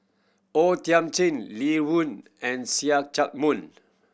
O Thiam Chin Li Rulin and See Chak Mun